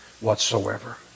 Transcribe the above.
whatsoever